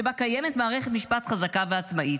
שבה קיימת מערכת משפט חזקה ועצמאית.